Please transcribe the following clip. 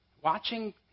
Watching